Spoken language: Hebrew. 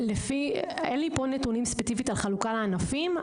אין לי פה נתונים ספציפיים על חלוקה לענפים.